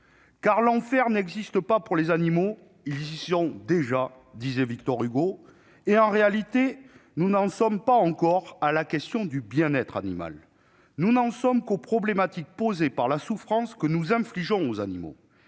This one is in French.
« l'enfer n'existe pas pour les animaux, ils y sont déjà ». En réalité, nous ne sommes pas encore parvenus à la question du bien-être animal. Nous n'en sommes qu'aux problématiques que pose la souffrance que nous infligeons aux animaux.